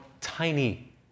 tiny